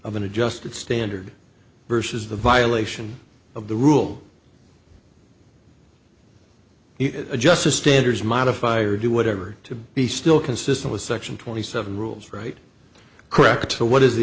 of an adjusted standard versus the violation of the rule of justice standards modify or do whatever to be still consistent with section twenty seven rules right correct or what is the